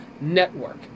Network